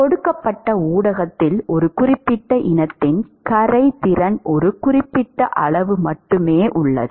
கொடுக்கப்பட்ட ஊடகத்தில் ஒரு குறிப்பிட்ட இனத்தின் கரைதிறன் ஒரு குறிப்பிட்ட அளவு மட்டுமே உள்ளது